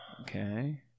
Okay